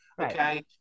Okay